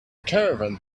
caravan